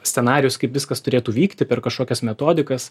scenarijus kaip viskas turėtų vykti per kažkokias metodikas